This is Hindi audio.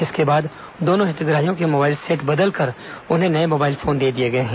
इसके बाद दोनों हितग्राहियों के मोबाइल सेट बदलकर उन्हें नए मोबाइल फोन दे दिए गए हैं